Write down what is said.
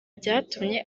byatumye